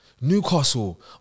Newcastle